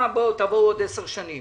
בואו עוד עשר שנים.